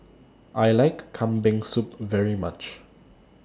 I like Kambing Soup very much